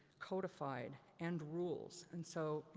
codified, and rules. and so,